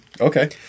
Okay